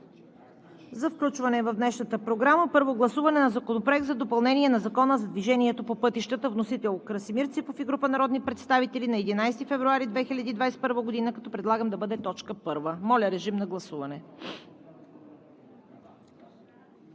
за включване в днешната програма: Първо гласуване на Законопроект за допълнение на Закона за движението по пътищата. Вносители: Красимир Ципов и група народни представители на 11 февруари 2021 г., като предлагам да бъде точка първа. Гласували